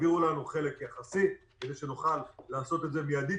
תעבירו לנו חלק יחסי כדי שנוכל לעשות את זה באופן מידי,